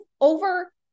over